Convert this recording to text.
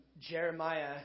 Jeremiah